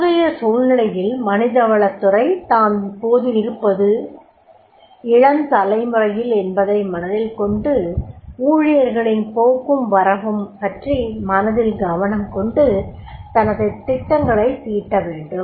தற்போதைய சூழ்நிலையில் மனிதவளத் துறை தாம் இப்போது இருப்பது இளம் தலைமுறையில் என்பதை மனதில் கொண்டு ஊழியர்களின் போக்கும் வரவும் employees turnover பற்றி மனதில் கவனம் கொண்டு தனது திட்டங்களைத் தீட்டவேண்டும்